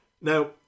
now